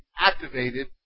activated